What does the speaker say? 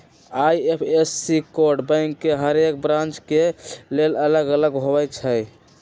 IFSC code bank के हरेक branch के लेल अलग अलग होई छै